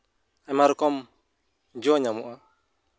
ᱟᱭᱢᱟ ᱨᱚᱠᱚᱢ ᱡᱚ ᱧᱟᱢᱚᱜᱼᱟ